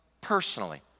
personally